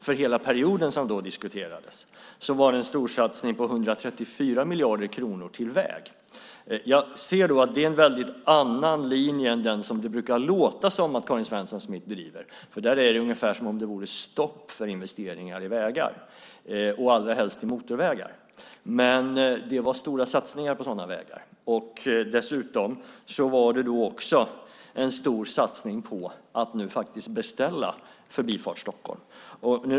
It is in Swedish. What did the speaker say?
För hela perioden som då diskuterades var det en storsatsning på 134 miljarder kronor till väg. Det är en helt annan linje än den som det bruka låta som att Karin Svensson Smith driver. Där är det ungefär som om det vore stopp för investeringar i vägar och allra helst i motorvägar. Men det var stora satsningar på sådana vägar. Dessutom var det en stor satsning på att faktiskt beställa Förbifart Stockholm.